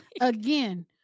again